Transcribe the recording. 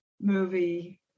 movie